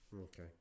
Okay